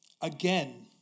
Again